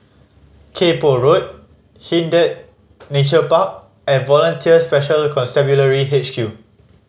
Kay Poh Road Hindhede Nature Park and Volunteer Special Constabulary H Q